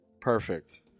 Perfect